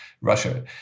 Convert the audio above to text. Russia